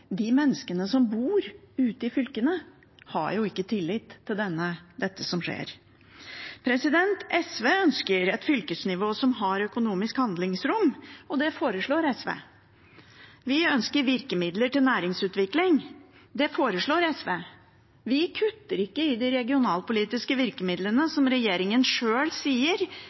de menneskene som bor ute i fylkene – de har jo ikke tillit til det som skjer. SV ønsker et fylkesnivå som har økonomisk handlingsrom, og det foreslår SV. Vi ønsker virkemidler til næringsutvikling, det foreslår SV. Vi kutter ikke i de regionalpolitiske virkemidlene – som regjeringen sjøl sier